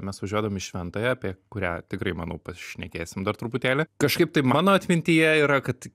mes važiuodavom į šventąją apie kurią tikrai manau pašnekėsim dar truputėlį kažkaip tai mano atmintyje yra kad